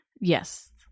Yes